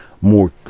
more